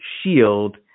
shield